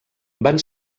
van